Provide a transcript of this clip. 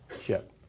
ship